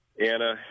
anna